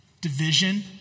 division